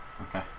Okay